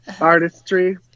artistry